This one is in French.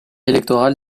électorale